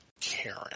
Karen